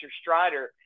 Strider